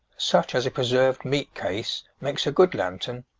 such as a preserved-meat case, makes a good lantern,